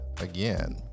again